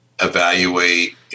evaluate